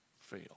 fail